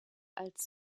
als